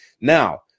Now